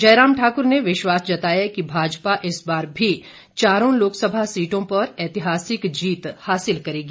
जयराम ठाकुर ने विश्वास जताया कि भाजपा इस बार भी चारों लोकसभा सीटों पर ऐतिहासिक जीत हासिल करेगी